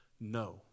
no